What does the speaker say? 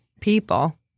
people